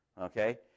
okay